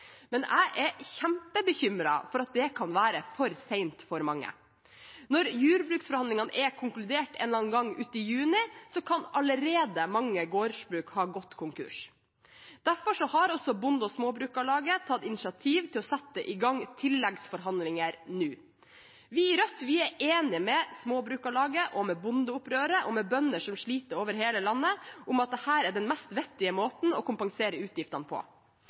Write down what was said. men jeg er kjempebekymret for at det kan være for sent for mange. Når jordbruksforhandlingene er konkludert en eller annen gang ute i juni, kan allerede mange gårdsbruk ha gått konkurs. Derfor har også Bonde- og Småbrukarlaget tatt initiativ til å sette i gang tilleggsforhandlinger nå. Vi i Rødt er enig med Småbrukarlaget og med bondeopprøret og med bønder som sliter over hele landet, om at dette er den mest vettige måten å kompensere utgiftene på.